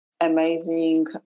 amazing